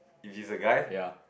if he's a guy